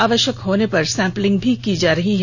आवश्यक होने पर सैंपलिंग भी की जा रही है